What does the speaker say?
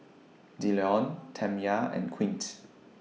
Dillon Tamya and Quint